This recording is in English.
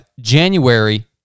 January